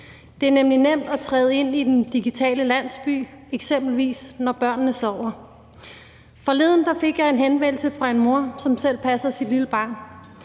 Det er nemlig nemt at træde ind i den digitale landsby, eksempelvis når børnene sover. Forleden fik jeg en henvendelse fra en mor, som selv passer sit lille barn.